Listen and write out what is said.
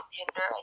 hinder